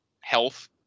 health